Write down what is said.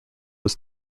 was